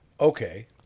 okay